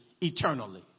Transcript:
eternally